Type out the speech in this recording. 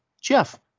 Jeff